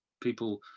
people